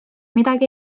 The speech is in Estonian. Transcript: midagi